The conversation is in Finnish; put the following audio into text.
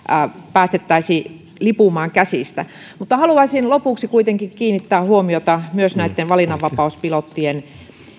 päästettäisi lipumaan käsistä mutta haluaisin lopuksi kuitenkin kiinnittää huomiota myös näitten valinnanvapauspilottien